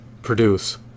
produce